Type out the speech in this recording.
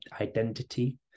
identity